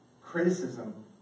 criticism